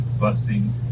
busting